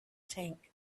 tank